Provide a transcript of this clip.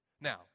Now